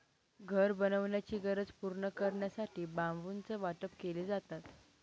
घर बनवण्याची गरज पूर्ण करण्यासाठी बांबूचं वाटप केले जातात